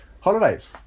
holidays